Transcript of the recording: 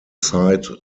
side